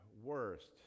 worst